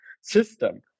system